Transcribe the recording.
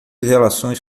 relações